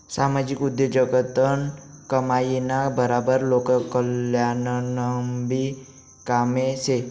सामाजिक उद्योगजगतनं कमाईना बराबर लोककल्याणनंबी काम शे